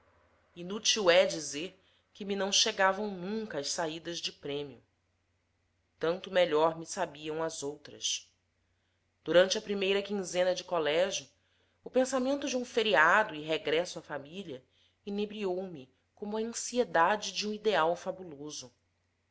inútil é dizer que me não chegavam nunca as saídas de prêmio tanto melhor me sabiam as outras durante a primeira quinzena de colégio o pensamento de um feriado e regresso à família inebriou me como a ansiedade de um ideal fabuloso